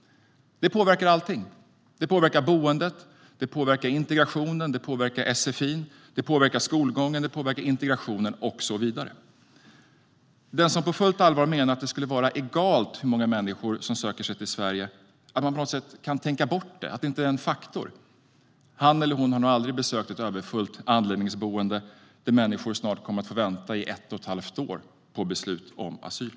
Det påverkar allting. Det påverkar boendet, integrationen, sfi:n, skolgången och så vidare. Den som på fullt allvar menar att det skulle vara egalt hur många människor som söker sig till Sverige - att man på något sätt kan tänka bort det, att det inte är en faktor - har nog aldrig besökt ett överfullt anläggningsboende där människor snart kommer att få vänta i ett och ett halvt år på beslut om asyl.